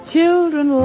Children